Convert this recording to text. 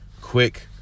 quick